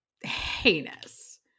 heinous